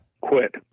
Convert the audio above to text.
Quit